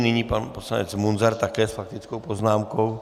Nyní pan poslanec Munzar také s faktickou poznámkou.